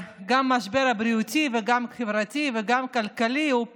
המשבר, גם הבריאותי, גם החברתי וגם הכלכלי הוא פה,